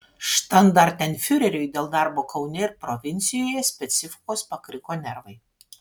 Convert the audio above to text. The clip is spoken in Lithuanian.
štandartenfiureriui dėl darbo kaune ir provincijoje specifikos pakriko nervai